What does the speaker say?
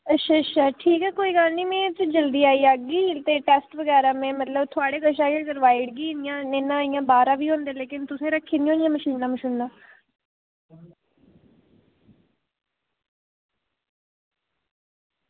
अच्छा अच्छा ठीक ऐ कोई गल्ल निं में जल्दी आई जाह्गी ते टैस्ट बगैरा मतलब में थुआढ़े कशा गै कराए ते मतलब इ'यां बाह्रा बी होंदे लेकिन तुसें रक्खी दियां होनियां मशीनां